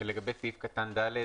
ולגבי סעיף קטן (ד),